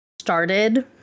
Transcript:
started